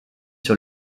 sur